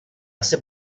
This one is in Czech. asi